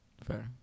Fair